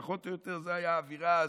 פחות או יותר זו הייתה האווירה אז,